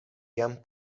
jam